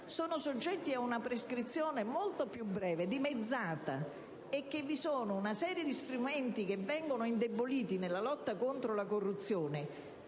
sono soggetti ad una prescrizione molto più breve, dimezzata, oltre al fatto che vi è poi tutta una serie di strumenti che vengono indeboliti nella lotta contro la corruzione